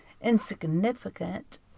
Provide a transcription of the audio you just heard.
insignificant